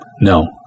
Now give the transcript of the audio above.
no